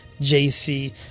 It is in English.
JC